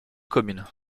commune